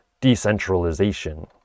decentralization